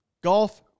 Golf